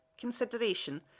consideration